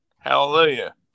Hallelujah